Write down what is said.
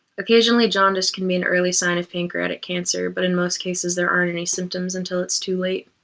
occasionally jaundice can be an early sign of pancreatic cancer, but in most cases, there aren't any symptoms until it's too late.